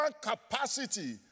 capacity